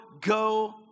go